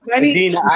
Dina